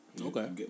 Okay